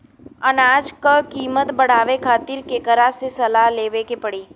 अनाज क कीमत बढ़ावे खातिर केकरा से सलाह लेवे के पड़ी?